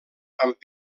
amb